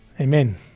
Amen